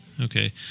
Okay